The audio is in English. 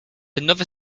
another